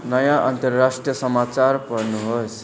नयाँ अन्तर्राष्ट्रिय समाचार पढ्नुहोस्